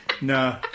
Nah